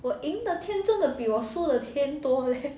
我赢的钱真的比我输的钱多 leh